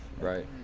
right